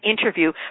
interview